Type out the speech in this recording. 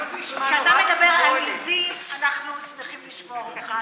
כשאתה מדבר על עיזים, אנחנו שמחים לשמוע אותך.